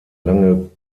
lange